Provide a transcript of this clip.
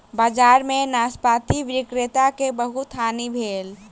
बजार में नाशपाती विक्रेता के बहुत हानि भेल